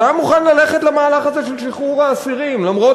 שהוא היה מוכן ללכת למהלך הזה של שחרור האסירים למרות